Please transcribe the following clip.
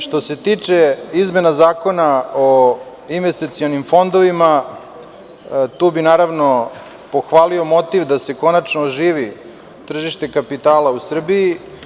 Što se tiče izmena Zakona o investicionim fondovima, tu bih, naravno, pohvalio motiv da se konačno oživi tržište kapitala u Srbiji.